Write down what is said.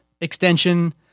extension